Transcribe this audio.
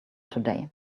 today